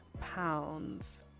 pounds